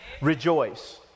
Rejoice